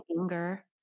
anger